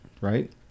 right